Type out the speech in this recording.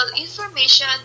information